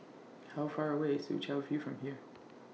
How Far away IS Soo Chow View from here